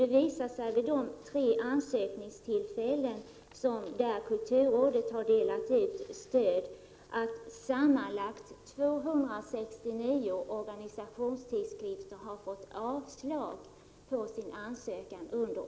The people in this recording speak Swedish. Det har visat sig att vid de tre ansökningstillfällen under 1986/87 då kulturrådet haft att dela ut stöd har sammanlagt 269 organisationstidskrifter fått avslag på sina ansökningar.